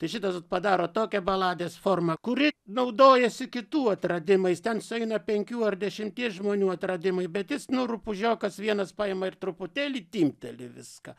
tai šitas padaro tokią baladės formą kuri naudojasi kitų atradimais ten sueina penkių ar dešimties žmonių atradimai bet jis nu rupūžiokas vienas paima ir truputėlį timpteli viską